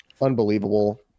Unbelievable